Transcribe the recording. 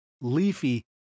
leafy